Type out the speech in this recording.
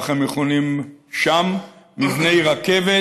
כך הם מכונים שם, מבני רכבת.